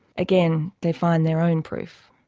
again they find their own proof.